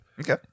Okay